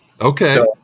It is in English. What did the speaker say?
okay